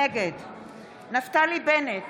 נגד נפתלי בנט,